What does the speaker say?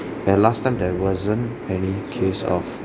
eh last time there wasn't any case of